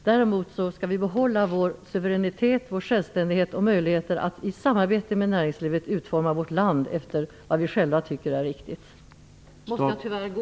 Däremot skall vi behålla vår suveränitet och självständighet och våra möjligheter att i samarbete med näringslivet utforma vårt land efter vad vi själva tycker är riktigt. Nu måste jag tyvärr gå.